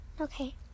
okay